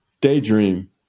daydream